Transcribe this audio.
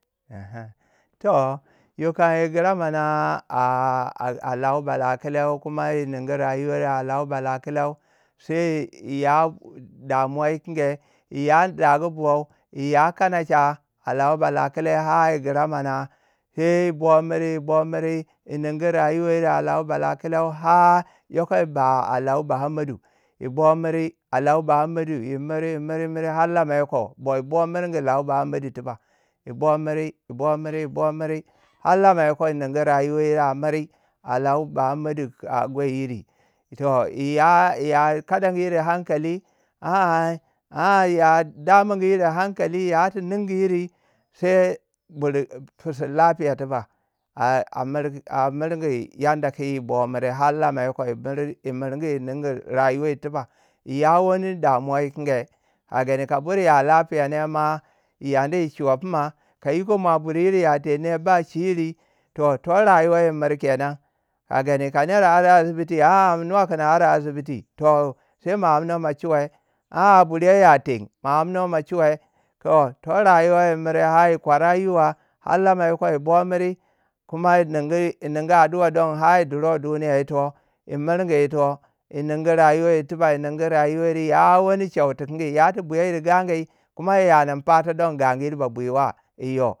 toh. yo ka yi giramana a- a- a- a lau bala kile kuma yi ningu rayuwa yir a lawu bala kilau sai yiya damuwa dikange, yiya dagu buwau, yiya kanacha a lau bala kile, ba yi giramana. sai yi bo miri yi bo miri, yi ningu rayuwa yiri a lau balau, har yoiko yi ba a lai wu bahammadu. yi bo miri a lau baham madu yi miri miri miri har lama yoko. boyibo miringi lau bahammadu tiba yi bo miri yi bo miri yi bo miri. har lama yoko yi ningu rayuwa yir a miri. a lau bahammadu ku a gwai yiri toh yi ya- ya kadangu yir hankali a- a ya daman yiri hankali. ya ti ningu yiri sai bur fisu lafiya tibak a- a- a miringi yanda ku yi bo miri. har lama yoko yi miri yi mirgu yi ningu rayuwa yir tuba. Yi ya wani dawamuwa yi kingi. ka gani ka buri ya lafiya ne ma yi yani yi shiwe pima, ka uoko mwa buri yiri ya teng ne ba shiri. toh to rayuwa mirgi kenan kagani. Ka ner ara asibiti a- a ma nuwa kun ara asibiti. toh sai ma amna ma shiowea a buri yo ya teng ma amnu ma chiwe. toh- toh rayuwa yi miri har yi kwarayiwa har lama yoko yi bomiri. kuma yi ningu yi ningu adua don. har yi durou duniya yito yi mirngi yito. yi ningu rayuwa yir tuba yi ningu rayuwa. ya wani cheu to kingi. ya tu buyanuwi yir yiri gagu'u. kuma yi ya ning fata don. gagu yir ba buyiwa yi yo.